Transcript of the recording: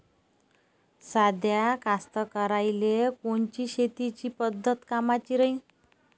साध्या कास्तकाराइले कोनची शेतीची पद्धत कामाची राहीन?